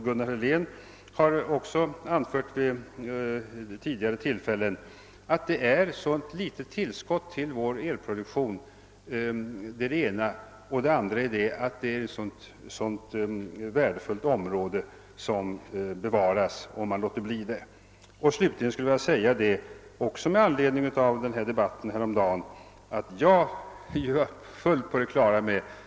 Gunnar Helén har också tidigare framhållit dels att det rör sig om ett litet tillskott till vår elproduktion, dels att man skulle bevara ett värdefullt område om man lät bli att bygga ut. Slutligen skulle jag med anledning av debatten häromdagen vilja säga, att jag är helt på det klara med att kärnkraften icke är problemfri utan att det också finns många problem förknippade med den. Som tiden nu var långt framskriden beslöt kammaren på förslag av herr talmannen att uppskjuta den fortsatta överläggningen samt behandlingen av övriga på föredragningslistan upptagna ärenden till morgondagens sammanträde.